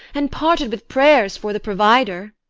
and parted with pray'rs for the provider.